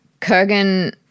Kurgan